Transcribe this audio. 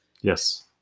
Yes